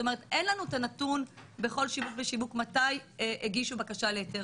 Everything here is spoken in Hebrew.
זאת אומרת אין לנו את הנתון בכל שיווק ושיווק מתי הגישו בקשה להיתר